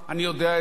אני יודע את זה.